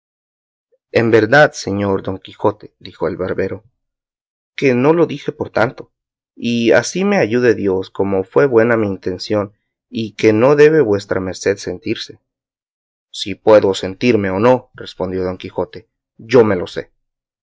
en verdad señor don quijote dijo el barbero que no lo dije por tanto y así me ayude dios como fue buena mi intención y que no debe vuestra merced sentirse si puedo sentirme o no respondió don quijote yo me lo sé